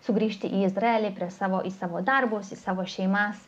sugrįžti į izraelį prie savo į savo darbus į savo šeimas